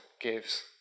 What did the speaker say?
gives